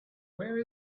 where